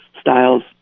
styles